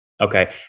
Okay